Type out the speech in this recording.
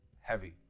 Heavy